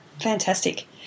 fantastic